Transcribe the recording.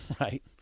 right